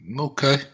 Okay